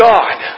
God